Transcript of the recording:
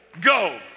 go